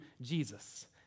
Jesus